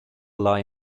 lie